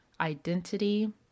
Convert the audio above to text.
identity